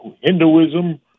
Hinduism